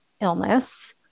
illness